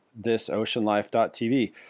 thisoceanlife.tv